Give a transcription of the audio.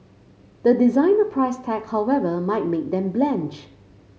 the designer price tag however might make them blanch